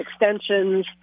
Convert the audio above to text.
extensions